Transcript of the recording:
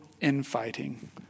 infighting